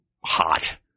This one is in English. hot